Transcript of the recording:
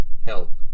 Help